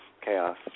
chaos